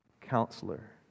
counselor